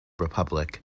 republic